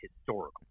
historical